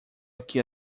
aqui